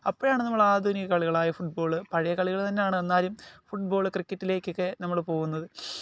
അപ്പോഴാണ് നമ്മൾ ആധുനിക കളികളായ ഫുട്ബോള് പഴയ കളികൾ തന്നെയാണ് എന്നാലും ഫുട്ബോള് ക്രിക്കറ്റിലേക്കൊക്കെ നമ്മൾ പോകുന്നത്